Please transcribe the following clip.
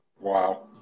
Wow